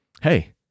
hey